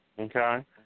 okay